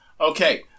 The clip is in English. Okay